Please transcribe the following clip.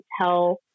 tell